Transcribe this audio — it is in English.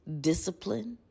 Discipline